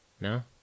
No